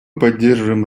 поддерживаем